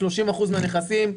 30% מהנכסים,